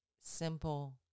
simple